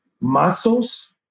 muscles